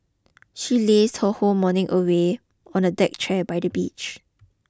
she lazed her whole morning away on a deck chair by the beach